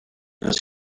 this